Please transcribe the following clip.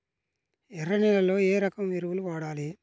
ఎర్ర నేలలో ఏ రకం ఎరువులు వాడాలి?